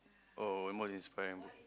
oh and what his sparing book